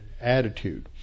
attitude